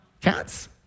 Cats